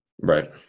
Right